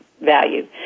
value